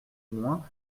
moins